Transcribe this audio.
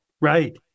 Right